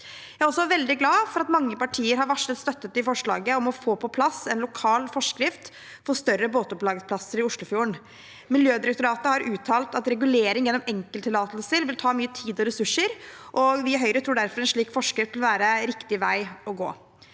Jeg er også veldig glad for at mange partier har varslet støtte til forslaget om å få på plass en lokal forskrift for større båtopplagsplasser i Oslofjorden. Miljødirektoratet har uttalt at regulering gjennom enkelttillatelser vil ta mye tid og ressurser. Vi i Høyre tror derfor en slik forskrift vil være riktig vei å gå,